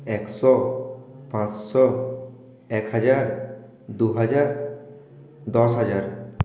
একশো পাঁচশো এক হাজার দু হাজার দশ হাজার